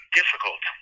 difficult